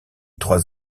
trois